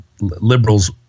liberals